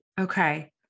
Okay